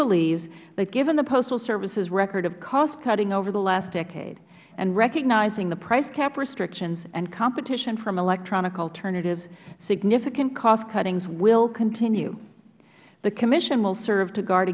believes that given the postal service's record of cost cutting over the last decade and recognizing the price cap restrictions and competition from electronic alternatives significant cost cuttings will continue the commission will serve to guard